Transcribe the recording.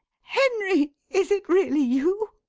henry! is it really you?